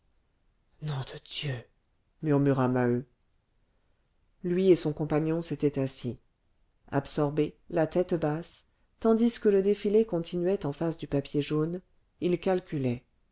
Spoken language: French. nom de dieu murmura maheu lui et son compagnon s'étaient assis absorbés la tête basse tandis que le défilé continuait en face du papier jaune ils calculaient